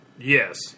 Yes